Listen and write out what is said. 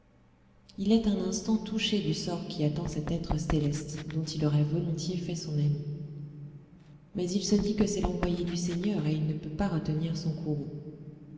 il est un instant touché du sort qui attend cet être céleste dont il aurait volontiers fait son ami mais il se dit que c'est l'envoyé du seigneur et il ne peut pas retenir son courroux